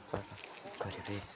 ଉତ୍ପାଦ କରିବେ